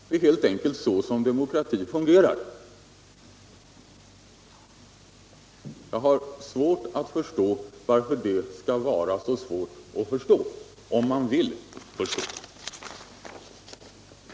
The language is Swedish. Det är heht enkelt så som demokratin fungerar. Jag har svårt att inse varför det skall vara så svårtatt förstå om man vill göra det.